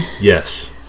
Yes